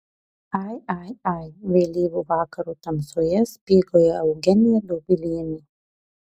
ai ai ai vėlyvo vakaro tamsoje spygauja eugenija dobilienė